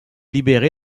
libéré